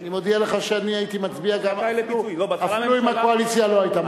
אני מודיע לך שאני הייתי מצביע אפילו אם הקואליציה לא היתה מרשה לי.